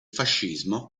fascismo